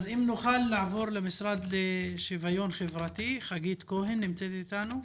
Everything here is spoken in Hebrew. נעבור למשרד לשוויון חברתי, חגית כהן נמצאת אתנו?